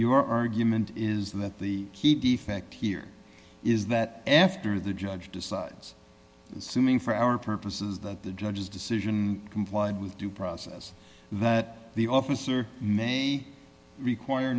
your argument is that the key defect here is that after the judge decides assuming for our purposes that the judge's decision complied with due process that the officer may require